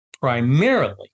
primarily